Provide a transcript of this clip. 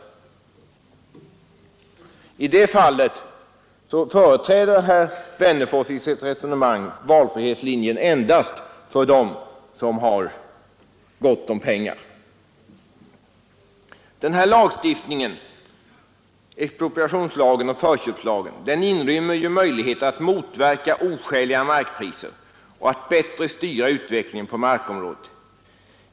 I det fallet företräder herr Wennerfors i sitt resonemang valfrihetslinjen endast för dem som har gott om pengar. Expropriationslagen och förköpslagen inrymmer möjligheter att motverka oskäliga markpriser och bättre styra utvecklingen på markområdet.